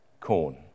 corn